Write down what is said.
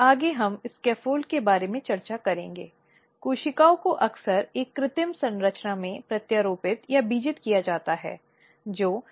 इसलिए यह कुछ ऐसा है जो आंतरिक शिकायत समिति की ओर से बहुत महत्वपूर्ण है